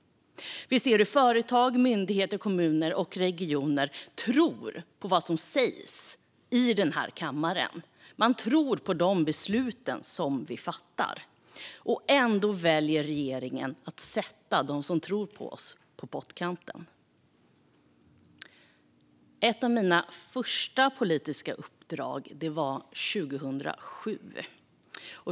Vi ser hur företag, myndigheter, kommuner och regioner tror på vad som sägs i den här kammaren. De tror på de beslut som vi fattar. Ändå väljer regeringen att sätta dem som tror på oss på pottkanten. Ett av mina första politiska uppdrag var 2007.